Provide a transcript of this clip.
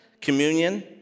communion